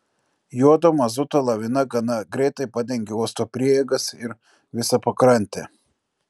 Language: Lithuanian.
juodo mazuto lavina gana greitai padengė uosto prieigas ir visą pakrantę